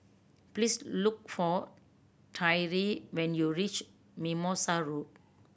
please look for Tyree when you reach Mimosa Road